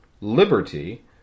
liberty